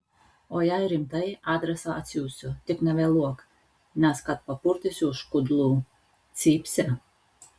o jei rimtai adresą atsiųsiu tik nevėluok nes kad papurtysiu už kudlų cypsi